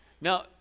Now